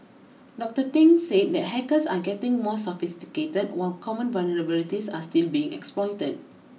Doctor Thing said that hackers are getting more sophisticated while common vulnerabilities are still being exploited